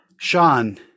Sean